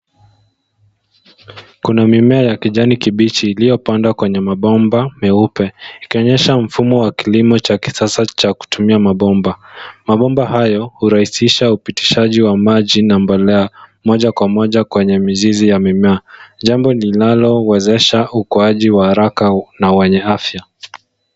Kuna mimea ya kijani kibichi iliyopandwa kwenye mabomba meupe ikionyesha mfumo wa kilimo cha kisasa cha kutumia mabomba. Mabomba hayo hurahisisha upitishaji wa maji na mbolea moja kwa moja kwenye mizizi ya mimea, jambo linalowezesha ukuaji wa haraka na wenye afya.